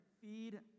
Feed